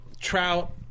Trout